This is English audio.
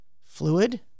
fluid